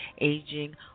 aging